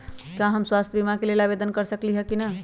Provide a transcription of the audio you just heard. का हम स्वास्थ्य बीमा के लेल आवेदन कर सकली ह की न?